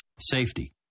Safety